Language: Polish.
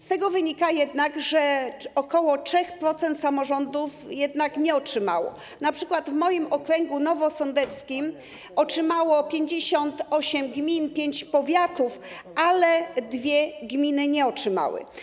Z tego wynika jednak, że ok. 3% samorządów nie otrzymało, np. w moim okręgu nowosądeckim otrzymało 58 gmin, pięć powiatów, ale dwie gminy nie otrzymały.